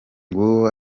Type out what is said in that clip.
nguwo